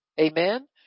amen